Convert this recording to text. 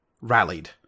rallied